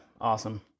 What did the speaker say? awesome